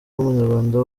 w’umunyarwanda